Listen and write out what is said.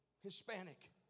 Hispanic